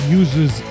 uses